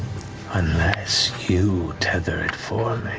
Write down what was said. unless you tether it for